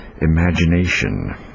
imagination